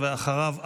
ואחריו,